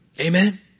Amen